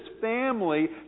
family